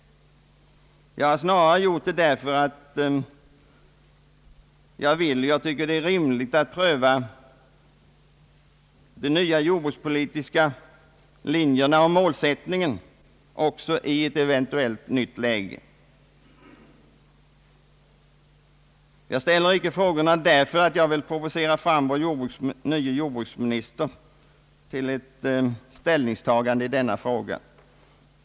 Jag har snarare gjort det därför att jag tycker det är rimligt att pröva de nya jordbrukspolitiska linjerna och målsättningen också i ett eventuellt nytt läge. Jag ställer inte frågorna för att provocera fram ett ställningstagande från vår nye jordbruksminister i denna fråga.